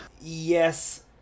Yes